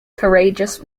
courageous